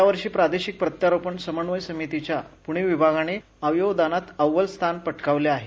यावर्षी प्रादेशिक प्रत्यारोपण समन्वय समितीच्या पुणे विभागाने अवयवदानात अव्वल स्थान पटकावले आहे